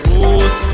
rules